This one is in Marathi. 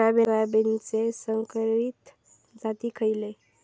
सोयाबीनचे संकरित जाती खयले?